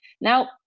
now